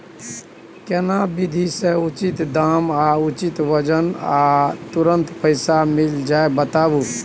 केना विधी से उचित दाम आ उचित वजन आ तुरंत पैसा मिल जाय बताबू?